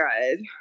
good